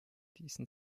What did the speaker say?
diesen